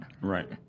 Right